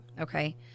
Okay